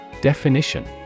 Definition